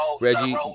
Reggie